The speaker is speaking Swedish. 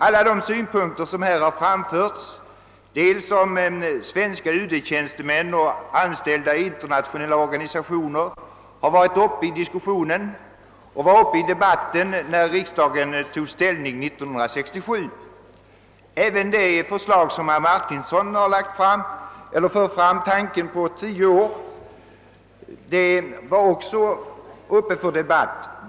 Alla de synpunkter som här har framförts om svenska UD-tjänstemän och anställda i internationella organisationer har varit föremål för diskussion, och de var uppe i debatten när riksdagen tog ställning 1967. Även det förslag som herr Martinsson fört fram tanken på — tio år — var då uppe till debatt.